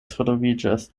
troviĝas